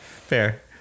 fair